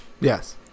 Yes